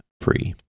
free